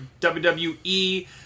WWE